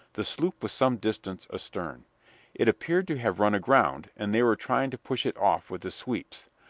the sloop was some distance astern. it appeared to have run aground, and they were trying to push it off with the sweeps.